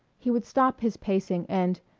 he would stop his pacing and,